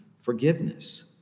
forgiveness